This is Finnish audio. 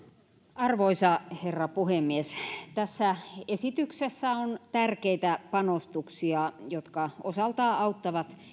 arvoisa herra puhemies tässä esityksessä on tärkeitä panostuksia jotka osaltaan auttavat